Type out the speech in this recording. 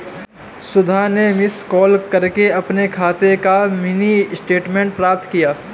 सुधा ने miss call करके अपने खाते का मिनी स्टेटमेंट प्राप्त किया